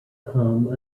home